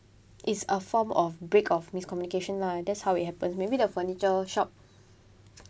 it's a form of break of miscommunication lah that's how it happens maybe the furniture shop I think it's